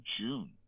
June